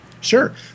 Sure